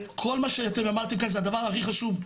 כל מה שאתם אמרתם כאן זה הדבר הכי חשוב.